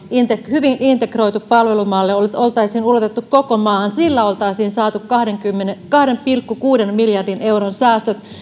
hyvin integroitu palvelumalli oltaisiin ulotettu koko maahan sillä oltaisiin saatu kahden pilkku kuuden miljardin euron säästöt